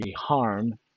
harm